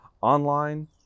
online